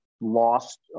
lost